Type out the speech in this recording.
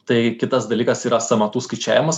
tai kitas dalykas yra sąmatų skaičiavimas